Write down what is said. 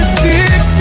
six